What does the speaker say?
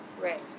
Right